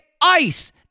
ice